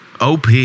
OP